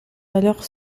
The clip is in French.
alors